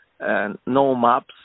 no-maps